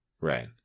Right